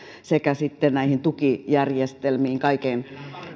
sekä näihin tukijärjestelmiin kaiken